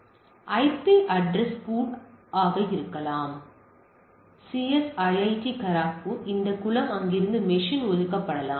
எனவே இது ஐபி அட்ரஸ்யின் பூல் ஆக இருக்கலாம் சிஎஸ் ஐஐடி கார்க்பூர் இந்த குளம் அங்கிருந்து மெஷின் ஒதுக்கப்படலாம்